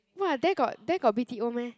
!wah! there got there got b_t_o meh